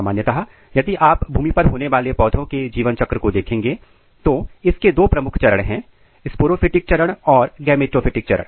सामान्यतः यदि आप भूमि पर होने वाले पौधे के जीवन चक्र को देखेंगे तो इसके दो प्रमुख चरण हैं स्पोरोफिटिक चरण और गेमेटोफिटिक चरण